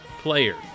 player